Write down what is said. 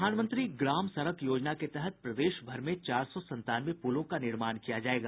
प्रधानमंत्री ग्राम सड़क योजना के तहत प्रदेश भर में चार सौ संतानवे पूलों का निर्माण किया जायेगा